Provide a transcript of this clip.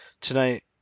tonight